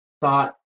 thought